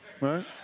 Right